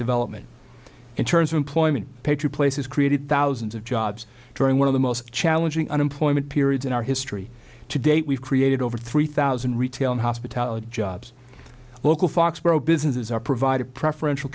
development in terms of employment picture places created thousands of jobs during one of the most challenging unemployment periods in our history to date we've created over three thousand retail and hospitality jobs local foxborough businesses are provided preferential